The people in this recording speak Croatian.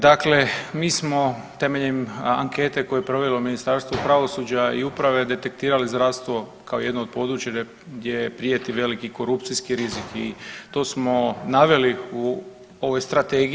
Dakle mi smo temeljem ankete koju je provelo Ministarstvo pravosuđa i uprave detektiralo zdravstvo kao jedno od područja gdje prijeti veliki korupcijski rizik i to smo naveli u ovoj Strategiji.